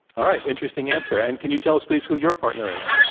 all right. interesting answer, and can you tell us please who your partner is?